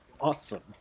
awesome